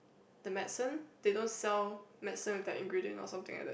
the medicine they don't sell medicine with their ingredient or something like that